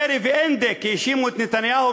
קרי ואינדיק האשימו את נתניהו,